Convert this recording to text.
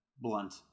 Blunt